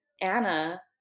Anna